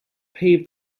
pave